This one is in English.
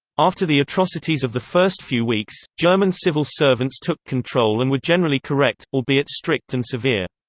after the atrocities of the first few weeks, german civil servants took control and were generally correct, albeit strict and severe.